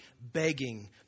begging